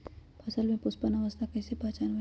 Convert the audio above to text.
फसल में पुष्पन अवस्था कईसे पहचान बई?